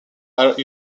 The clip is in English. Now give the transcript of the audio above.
are